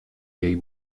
jej